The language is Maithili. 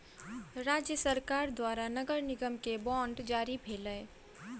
राज्य सरकार द्वारा नगर निगम के बांड जारी भेलै